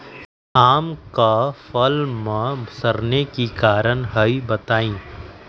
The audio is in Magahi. आम क फल म सरने कि कारण हई बताई?